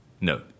No